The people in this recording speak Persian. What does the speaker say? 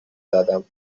زدم